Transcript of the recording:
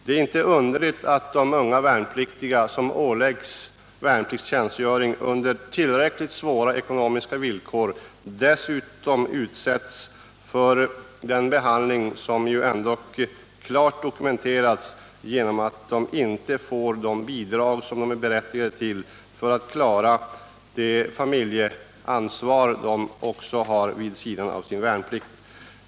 Det är inte underligt att de unga människor som åläggs att göra värnpliktstjänstgöring under tillräckligt svåra ekonomiska villkor dessutom utsätts för en behandling som innebär — detta är klart dokumenterat — att de inte får de bidrag som de är berättigade till för att klara det familjeansvar som de också har vid sidan av sin värnplikt.